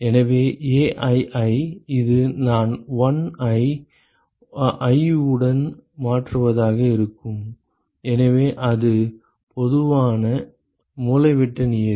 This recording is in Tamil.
எனவே aii இது நான் 1 ஐ i உடன் மாற்றுவதாக இருக்கும் எனவே இது பொதுவான மூலைவிட்ட நியதி